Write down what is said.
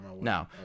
No